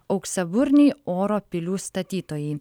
auksaburniai oro pilių statytojai